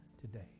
today